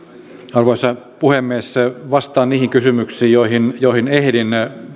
arvoisa puhemies vastaan niihin kysymyksiin joihin joihin ehdin